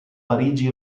parigi